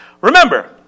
Remember